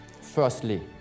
firstly